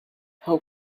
how